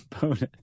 Bonus